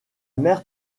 mère